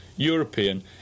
European